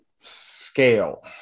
scale